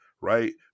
right